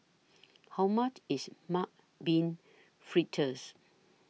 How much IS Mung Bean Fritters